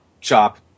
chop